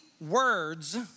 words